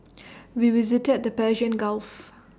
we visited the Persian Gulfs